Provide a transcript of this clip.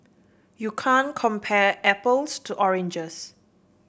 you can't compare apples to oranges